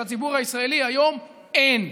שלציבור הישראלי היום אין.